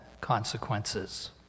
consequences